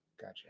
Gotcha